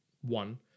one